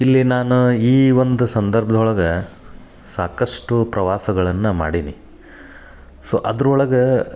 ಇಲ್ಲಿ ನಾನು ಈ ಒಂದು ಸಂದರ್ಭ್ದೊಳಗ ಸಾಕಷ್ಟು ಪ್ರವಾಸಗಳನ್ನ ಮಾಡೀನಿ ಸೊ ಅದ್ರೊಳಗೆ